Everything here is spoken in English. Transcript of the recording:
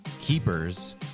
Keepers